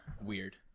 Weird